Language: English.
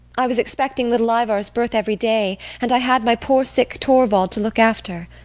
i was expecting little ivar's birth every day and i had my poor sick torvald to look after.